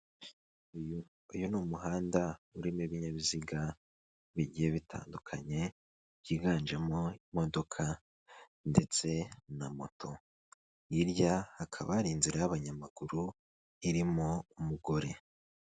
Uyu ni umuhanda urimo ibinyabiziga bigiye bitandukanye, byiganjemo imodoka ndetse na moto. Hirya hakaba hari inzira y'abanyamaguru, irimo umugore.